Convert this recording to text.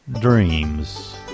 Dreams